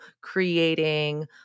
creating